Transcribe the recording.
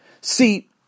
See